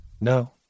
No